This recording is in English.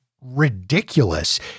ridiculous